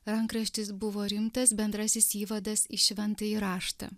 rankraštis buvo rimtas bendrasis įvadas į šventąjį raštą